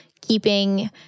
keeping